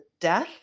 death